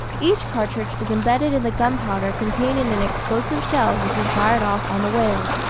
each cartridge is imbedded in the gunpowder contained in an explosive shell which is fired off on the whale.